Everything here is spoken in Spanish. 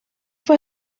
fue